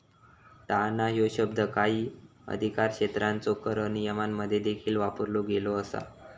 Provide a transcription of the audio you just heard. टाळणा ह्यो शब्द काही अधिकारक्षेत्रांच्यो कर नियमांमध्ये देखील वापरलो गेलो असा